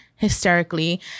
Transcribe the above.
hysterically